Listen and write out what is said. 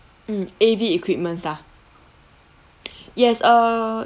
mm A_V equipments lah yes uh